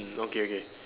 okay okay